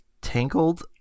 Tangled